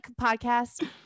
podcast